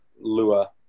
Lua